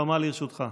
הבמה לרשותך.